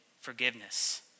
forgiveness